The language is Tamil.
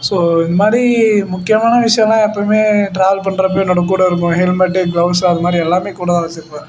ஸோ இது மாதிரி முக்கியமான விஷயம்லாம் எப்பயுமே ட்ராவல் பண்ணுறப்ப என்னோடு கூட இருக்கும் ஹெல்மெட்டு க்ளவுஸு அது மாதிரி எல்லாமே கூட தான் வெச்சிருப்பேன்